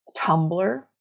Tumblr